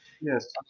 yes